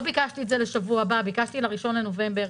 לא ביקשתי את זה לשבוע הבא, ביקשתי ל-1 בנובמבר.